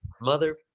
Mother